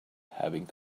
having